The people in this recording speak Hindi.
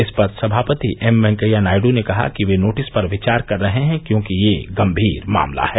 इस पर सभापति एम वेंकैया नायडू ने कहा कि वे नोटिस पर विचार कर रहे हैं क्योंकि ये गंभीर मामला है